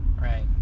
Right